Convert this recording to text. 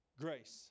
grace